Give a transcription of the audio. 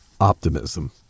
Optimism